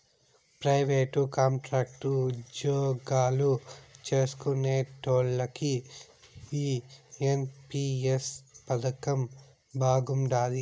private, contract ఉజ్జోగాలు చేస్కునేటోల్లకి ఈ ఎన్.పి.ఎస్ పదకం బాగుండాది